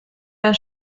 der